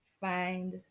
find